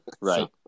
right